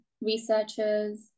researchers